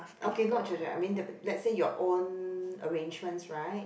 okay not children I mean let's say your own arrangements right